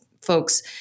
folks